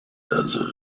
desert